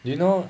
do you know